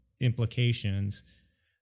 implications